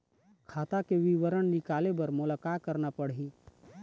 खाता के विवरण निकाले बर मोला का करना पड़ही?